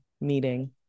meeting